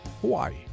Hawaii